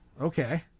okay